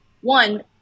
one